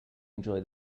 enjoy